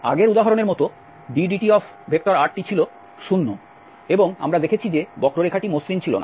আগের উদাহরণের মতো drtdt ছিল 0 এবং আমরা দেখেছি যে বক্ররেখাটি মসৃণ ছিল না